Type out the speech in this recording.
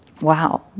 wow